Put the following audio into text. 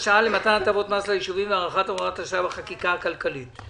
הטבות המס ליישובים והארכת הוראות השעה בחקיקה הכלכלית.